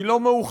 היא לא מאוחדת,